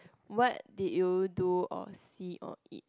what did you do or see or eat